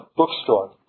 bookstore